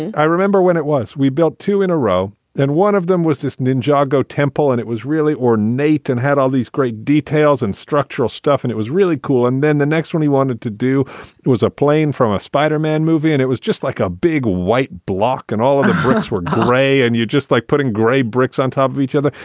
i remember when it was we built two in a row and one of them was this ninjago temple and it was really or nathan had all these great details and structural stuff and it was really cool. and then the next one he wanted to do was a plane from a spider-man movie. and it was just like a big white block and all of the brass were grey. and you're just like putting grey bricks on top of each other.